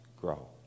grow